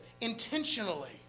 intentionally